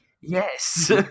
Yes